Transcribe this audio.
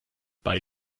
bei